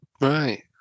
Right